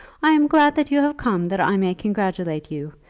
i am glad that you have come that i may congratulate you.